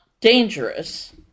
dangerous